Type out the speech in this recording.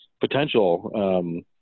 potential